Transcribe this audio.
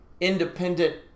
independent